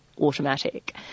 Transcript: automatic